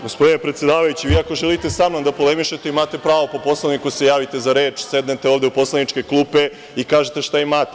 Gospodine predsedavajući, ako želite sa mnom da polemišete, imate pravo po Poslovniku da se javite za reč, sednete ovde u poslaničke klupe i kažete šta imate.